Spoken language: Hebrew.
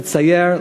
לצייר,